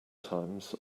times